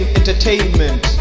entertainment